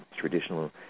traditional